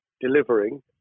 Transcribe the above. delivering